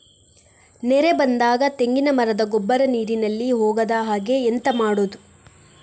ನೆರೆ ಬಂದಾಗ ತೆಂಗಿನ ಮರದ ಗೊಬ್ಬರ ನೀರಿನಲ್ಲಿ ಹೋಗದ ಹಾಗೆ ಎಂತ ಮಾಡೋದು?